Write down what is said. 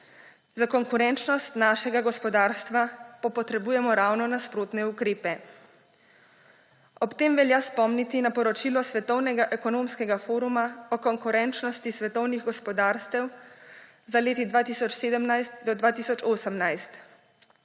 za konkurenčnost našega gospodarstva pa potrebujemo ravno nasprotne ukrepe. Ob tem velja spomniti na poročilo Svetovnega ekonomskega foruma o konkurenčnosti svetovnih gospodarstev za leti 2017 do 2018.